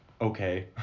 okay